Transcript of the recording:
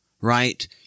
right